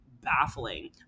baffling